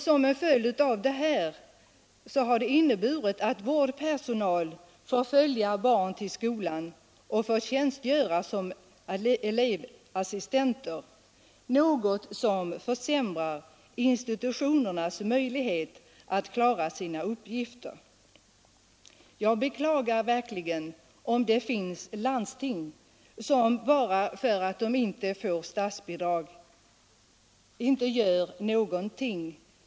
Som en följd av detta förekommer det att vårdpersonal får följa barn till skolan och får tjänstgöra som elevassistenter, något som försämrar institutionernas möjligheter att klara sina uppgifter. Jag beklagar verkligen om det finns landsting som bara för att de inte får statsbidrag avstår från att göra något.